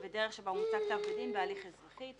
בדרך שבה מומצא כתב בית דין בהליך אזרחי.